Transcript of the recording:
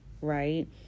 right